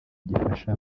gifasha